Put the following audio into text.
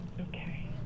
Okay